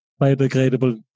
biodegradable